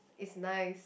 it's nice